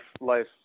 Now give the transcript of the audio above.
life